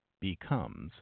becomes